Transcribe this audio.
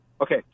Okay